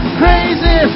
crazy